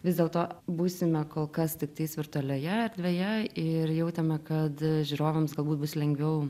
vis dėlto būsime kol kas tiktais virtualioje erdvėje ir jautėme kad žiūrovams galbūt bus lengviau